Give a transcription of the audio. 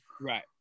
Right